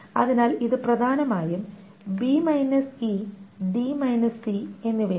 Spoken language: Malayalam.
അതിനാൽ ഇത് പ്രധാനമായും b e d c എന്നിവയാണ്